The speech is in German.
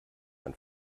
ein